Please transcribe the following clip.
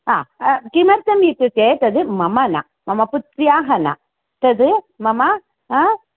हा किमर्थम् इत्युक्ते तद् मम न मम पुत्र्याः न तद् मम